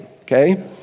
Okay